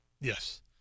Yes